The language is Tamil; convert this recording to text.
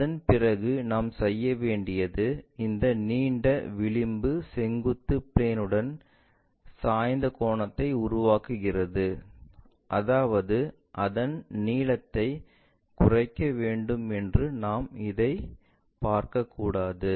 அதன் பிறகு நாம் செய்ய வேண்டியது இந்த நீண்ட விளிம்பு செங்குத்து பிளேன்உடன் சாய்ந்த கோணத்தை உருவாக்குகிறது அதாவது அதன் நீளத்தை குறைக்க வேண்டும் என்று நாம் இதை பார்க்கக்கூடாது